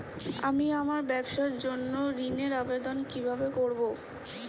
আমি আমার ব্যবসার জন্য ঋণ এর আবেদন কিভাবে করব?